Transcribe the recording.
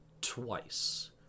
twice